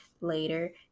later